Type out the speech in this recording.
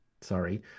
sorry